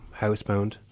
housebound